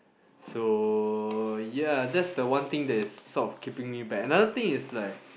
so ya that's the one thing that is sort of keeping me back another thing is like